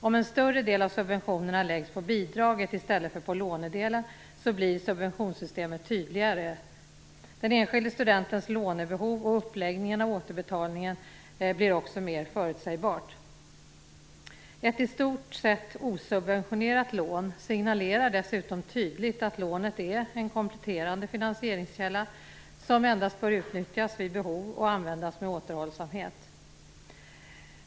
Om en större del av subventionerna läggs på bidraget i stället för på lånedelen blir subventionssystemet tydligare. Den enskilde studentens lånebehov blir också mer förutsägbart liksom uppläggningen av återbetalningen. Ett i stort sett osubventionerat lån signalerar dessutom tydligt att lånet är en kompletterande finansieringskälla, som endast bör utnyttjas vid behov och användas med återhållsamhet.